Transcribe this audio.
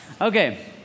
Okay